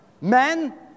men